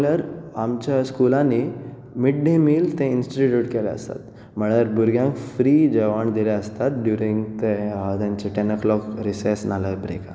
पळोवंक गेल्यार आमच्या स्कुलांनी मीड डे मिल ते इन्स्टिटूट केलेले आसात म्हळ्यार भुरग्यांक फ्री जेवण दिल्लें आसतात ड्युरिंग ते अ तेंचे टेन अ क्लोक रिसेस नाजाल्यार ब्रेकाक